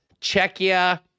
Czechia